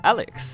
Alex